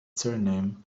surname